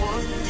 One